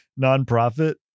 nonprofit